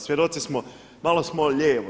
Svjedoci smo, malo smo lijevo.